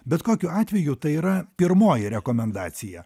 bet kokiu atveju tai yra pirmoji rekomendacija